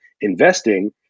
Investing